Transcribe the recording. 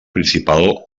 principal